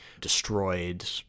destroyed